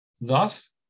Thus